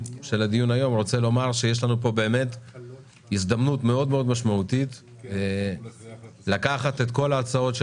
יש לנו פה הזדמנות מאוד משמעותית לקחת את כל ההצעות של